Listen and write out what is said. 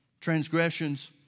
transgressions